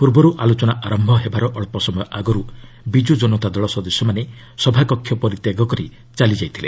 ପୂର୍ବରୁ ଆଲୋଚନା ଆରମ୍ଭ ହେବାର ଅଞ୍ଚ ସମୟ ଆଗରୁ ବିଜୁ ଜନତା ଦଳ ସଦସ୍ୟମାନେ ସଭାକକ୍ଷ ପରିତ୍ୟାଗ କରି ଚାଲିଯାଇଥିଲେ